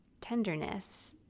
tenderness